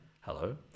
Hello